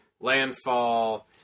landfall